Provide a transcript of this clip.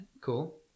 Cool